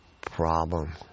problem